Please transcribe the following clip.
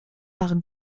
par